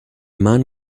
man